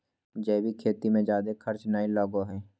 जैविक खेती मे जादे खर्च नय लगो हय